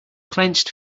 clenched